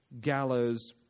gallows